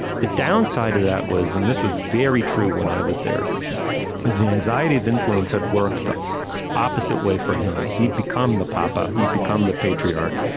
the downside of that was and this was very true when i was there was the anxiety of influence had worked the opposite way for him. he'd become the paper, he'd become the patriarch.